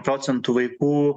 procentų vaikų